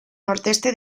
noroeste